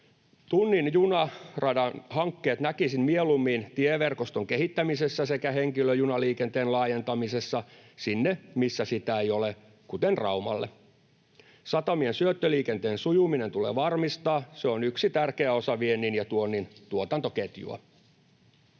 Tunnin juna -radan hankkeet näkisin mieluummin tieverkoston kehittämisessä sekä henkilöjunaliikenteen laajentamisessa sinne, missä sitä ei ole, kuten Raumalle. Satamien syöttöliikenteen sujuminen tulee varmistaa, se on yksi tärkeä osa viennin ja tuonnin tuotantoketjua.